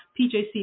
PJC